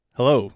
Hello